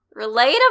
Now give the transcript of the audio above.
relatable